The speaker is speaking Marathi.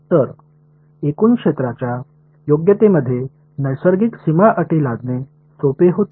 तर एकूण क्षेत्राच्या योग्यतेमध्ये नैसर्गिक सीमा अटी लादणे सोपे होते